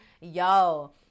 y'all